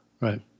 Right